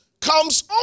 comes